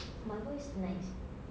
my voice nice